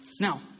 Now